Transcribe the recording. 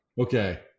Okay